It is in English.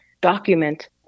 document